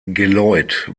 geläut